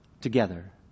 together